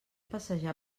passejar